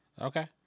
Okay